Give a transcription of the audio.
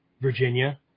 Virginia